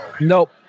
Nope